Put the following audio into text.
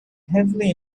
heavily